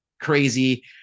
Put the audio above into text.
crazy